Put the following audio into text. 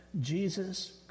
Jesus